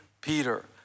Peter